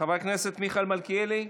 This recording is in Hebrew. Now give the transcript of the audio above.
חבר הכנסת מיכאל מלכיאלי,